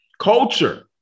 Culture